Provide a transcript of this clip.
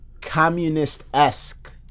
communist-esque